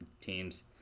teams